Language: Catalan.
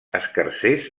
escarsers